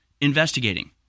investigating